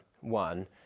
one